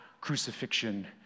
crucifixion